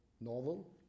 novel